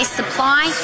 supply